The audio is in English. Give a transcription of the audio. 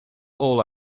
all